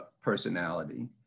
personality